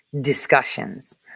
discussions